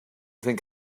think